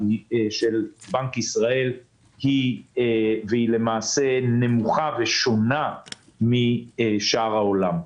של בנק ישראל והיא למעשה נמוכה ושונה משאר העולם.